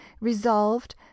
resolved